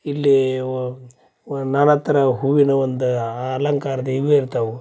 ಇಲ್ಲಿ ನಾನಾ ಥರ ಹೂವಿನ ಒಂದು ಅಲಂಕಾರದ ಇವು ಇರ್ತಾವೆ